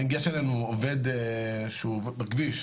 היה שם עובד בכביש,